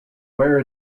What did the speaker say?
wear